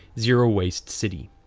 zero-waste city.